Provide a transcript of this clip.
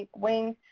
wing.